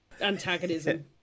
antagonism